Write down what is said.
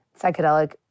psychedelic